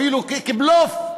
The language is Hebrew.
אפילו כבלוף,